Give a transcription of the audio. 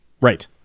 Right